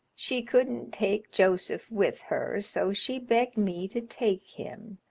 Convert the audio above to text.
she couldn't take joseph with her so she begged me to take him.